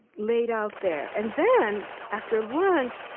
laid out there. and then, after lunch,